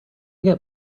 get